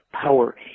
power